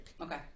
okay